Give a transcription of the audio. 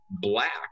black